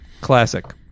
classic